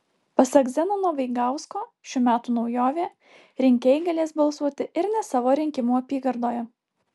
pasak zenono vaigausko šių metų naujovė rinkėjai galės balsuoti ir ne savo rinkimų apygardoje